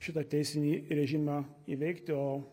šitą teisinį režimą įveikti o